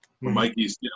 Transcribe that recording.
Mikey's